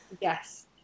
Yes